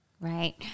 right